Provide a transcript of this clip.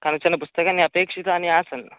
कानिचन पुस्तकानि अपेक्षितानि आसन्